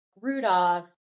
Rudolph